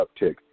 uptick